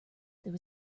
there